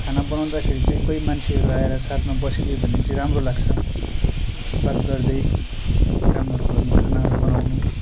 खाना बनाउँदाखेरि चाहिँ कोही मान्छेहरू आएर साथमा बसिदियो भने चाहिँ राम्रो लाग्छ बात गर्दै कामहरू गर्नु खानाहरू बनाउनु